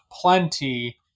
plenty